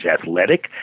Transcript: athletic